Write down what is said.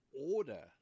order